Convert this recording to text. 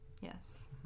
Yes